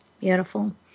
Beautiful